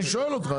אני שואל אותך.